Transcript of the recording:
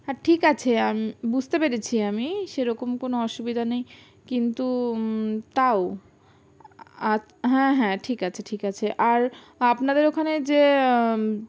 হ্যাঁ ঠিক আছে আমি বুঝতে পেরেছি আমি সেরকম কোনো অসুবিধা নেই কিন্তু তাও আচ হ্যাঁ হ্যাঁ ঠিক আছে ঠিক আছে আর আপনাদের ওখানে যে